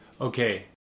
Okay